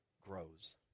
grows